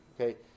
Okay